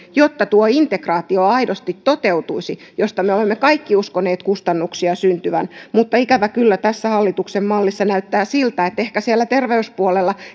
jotta aidosti toteutuisi tuo integraatio josta me olemme kaikki uskoneet kustannuksia syntyvän mutta ikävä kyllä tässä hallituksen mallissa näyttää siltä että ehkä siellä terveyspuolella